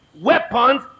Weapons